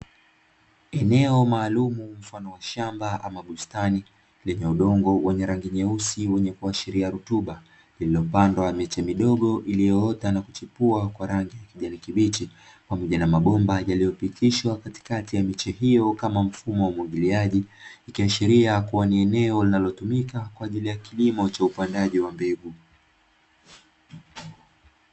Eneo maalumu mfano wa shamba ama bustani, lenye udongo wenye rangi nyeusi wenye kuashiria rutuba, lililopandwa miche midogo iliyoota na kuchipua kwa rangi ya kijani kibichi, pamoja na mabomba yaliyopitishwa katikati ya miche hiyo kama mfumo wa umwagiliaji, ikiashiria kuwa ni eneo linalotumika kwa ajili ya kilimo cha upandaji wa mbegu.